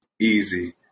Easy